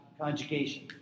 conjugation